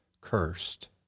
cursed